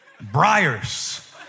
briars